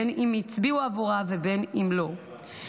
בין אם הצביעו עבורה ובין אם לאו.